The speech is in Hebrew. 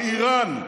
באיראן.